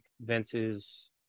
Vince's